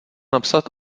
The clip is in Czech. napsat